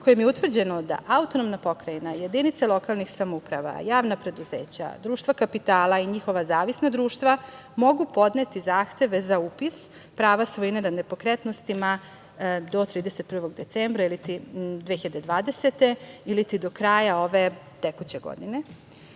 kojim je utvrđeno da autonomna pokrajina, jedinice lokalnih samouprava, javna preduzeća, društva kapitala i njihova zavisna društva mogu podneti zahteve za upis prava svojine nad nepokretnostima do 31. decembra ili 2020. ili do kraja ove tekuće godine,